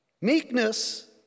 Meekness